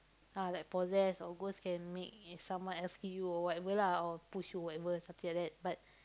uh like possess or ghost can make someone else kill you or whatever lah or push you whatever something like that but